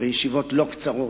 וישיבות לא קצרות.